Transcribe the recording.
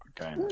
Okay